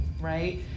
right